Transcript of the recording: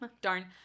darn